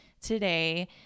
today